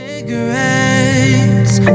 Cigarettes